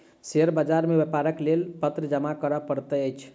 share बाजार मे व्यापारक लेल पत्र जमा करअ पड़ैत अछि